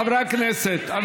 חברי הכנסת,